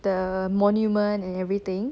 the monument and everything